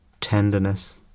tenderness